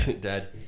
Dad